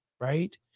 right